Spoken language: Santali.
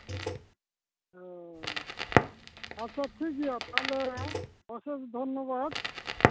ᱚ ᱟᱪᱪᱷᱟ ᱴᱷᱤᱠ ᱜᱮᱭᱟ ᱛᱟᱦᱞᱮ ᱚᱥᱮᱥ ᱫᱷᱚᱱᱱᱚᱵᱟᱫᱽ